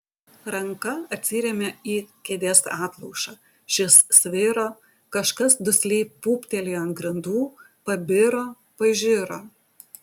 ranka atsirėmė į kėdės atlošą šis sviro kažkas dusliai pūptelėjo ant grindų pabiro pažiro